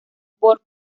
por